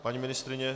Paní ministryně?